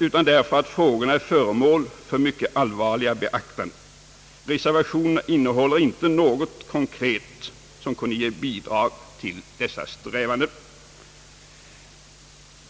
utan därför att frågorna är föremål för mycket allvarligt beaktande. Reservationerna innehåller inte något konkret som kunde ge bidrag till dessa strävanden.